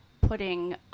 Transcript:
putting